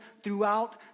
throughout